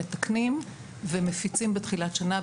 מתקנים ומפיצים בתחילת שנה.